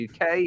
UK